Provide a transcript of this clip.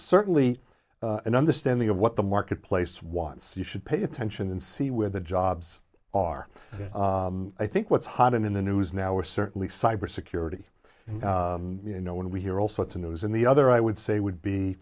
certainly an understanding of what the marketplace once you should pay attention and see where the jobs are i think what's hot in the news now we're certainly cybersecurity you know when we hear all sorts of news in the other i would say would be